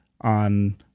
on